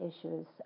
issues